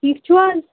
ٹھیٖک چھِو حظ